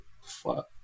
Fuck